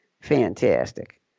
Fantastic